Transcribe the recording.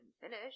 finish